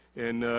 and,